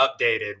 updated